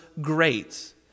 great